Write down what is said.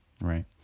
Right